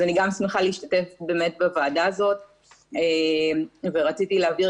אז אני גם שמחה להשתתף בוועדה הזאת ורציתי להבהיר